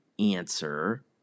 answer